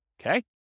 Okay